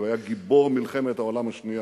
כי הוא היה גיבור מלחמת העולם השנייה,